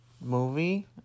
movie